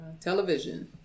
Television